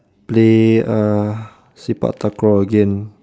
play uh sepak-takraw again